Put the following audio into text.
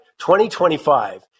2025